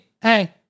Hey